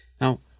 Now